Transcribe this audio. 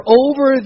over